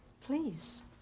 Please